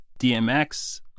DMX